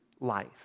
life